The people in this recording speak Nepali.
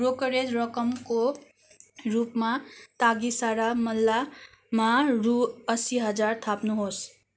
ब्रोकरेज रकमको रूपमा तागिसरा मल्लामा रु अस्सी हजार थप्नुहोस्